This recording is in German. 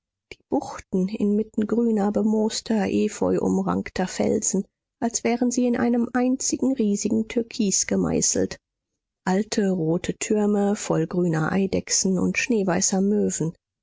die buchten inmitten grüner bemooster epheuumrankter felsen als wären sie in einen einzigen riesigen türkis gemeißelt alte tote türme voll grüner eidechsen und schneeweißer möwen